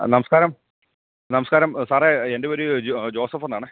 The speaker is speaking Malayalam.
നമസ്കാരം നമസ്കാരം സാറെ എൻ്റെ പേര് ജോസഫെന്നാണേ